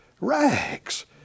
rags